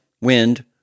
wind